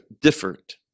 different